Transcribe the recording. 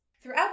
Throughout